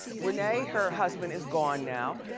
rene, her husband, is gone now,